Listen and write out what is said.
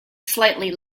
slightly